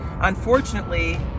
Unfortunately